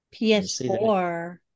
PS4